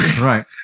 Right